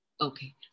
Okay